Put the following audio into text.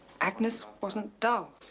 agnes wasn't dull.